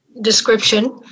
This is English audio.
description